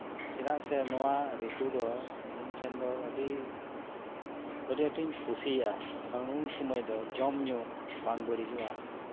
ᱪᱮᱫᱟᱜ ᱥᱮ ᱱᱚᱣᱟ ᱨᱤᱛᱩ ᱫᱚ ᱤᱧ ᱴᱷᱮᱱ ᱫᱚ ᱟᱹᱰᱤ ᱟᱸᱴᱤᱧ ᱠᱩᱥᱤᱭᱟᱜᱼᱟ ᱩᱱ ᱥᱚᱢᱚᱭ ᱫᱚ ᱡᱚᱢ ᱧᱩ ᱵᱟᱝ ᱵᱟᱹᱲᱤᱡᱚᱜᱼᱟ